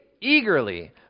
eagerly